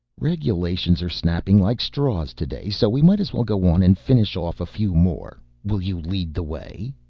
regulations are snapping like straws today, so we might as well go on and finish off a few more. will you lead the way?